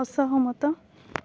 ଅସହମତ